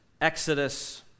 Exodus